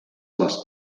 les